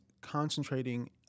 concentrating